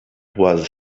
was